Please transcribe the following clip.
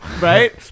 Right